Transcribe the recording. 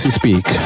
speak